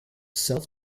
self